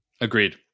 Agreed